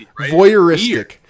voyeuristic